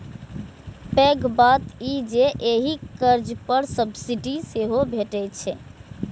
पैघ बात ई जे एहि कर्ज पर सब्सिडी सेहो भैटै छै